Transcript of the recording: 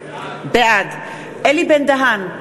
בעד אלי בן-דהן,